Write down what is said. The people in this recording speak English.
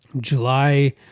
July